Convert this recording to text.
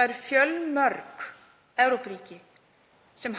að fjölmörg Evrópuríki